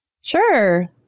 Sure